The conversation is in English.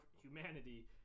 humanity